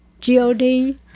G-O-D